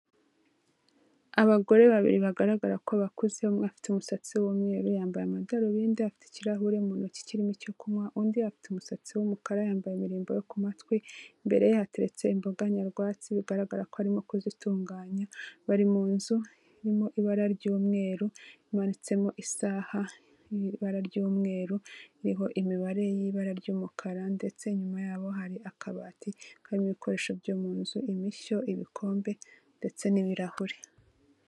Abagore babiri bagaragara ko bakuze, umwe afite n'umusatsi w'umweru yambaye amadarubindi afite ikirahure mu ntoki kirimo icyo kunywa, undi afite n'umusatsi w'umukara afite imirimbo ku matwi imbereye hateretse imboga nyarwatsi bigaragara ko arimo kuzitunganya. Bari munzu irimo ibara ry'umweru imanitsemo isaha iri mu ibara ry'umweru, iriho imibare iri mu ibara ry'umukara ndetse inyuma yabo hari akabati karimo ibikoresho byo munzu: imishyo ,ibikombe ndetse n'ibirahuri.